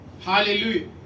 Hallelujah